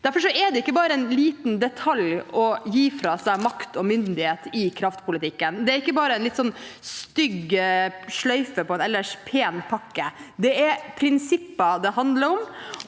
Derfor er det ikke bare en liten detalj å gi fra seg makt og myndighet i kraftpolitikken. Det er ikke bare en litt stygg sløyfe på en ellers pen pakke. Det er prinsipper det handler om.